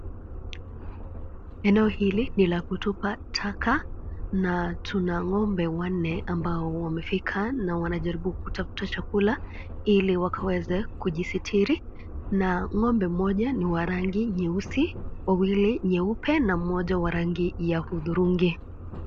Eneo hili ni la kutupa taka na tuna ngombe wanne ambao wamefika na wanajaribu kutafta chakula ili wakaweza kujisitiri na ngombe mmoja ni wa rangi nyeusi, wawili nyeupe na mmoja wa rangi ya hudhurungi.